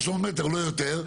300 מטר לא יותר,